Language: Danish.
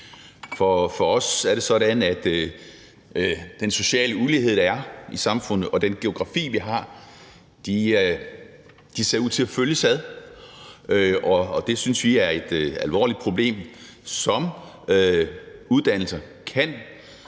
For os er det sådan, at den sociale ulighed, der er i samfundet, og den geografi, vi har, ser ud til at følges ad, og det synes vi er et alvorligt problem, som uddannelser,